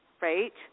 right